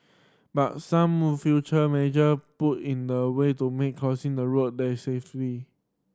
but some future measure put in the way to make crossing the road there safety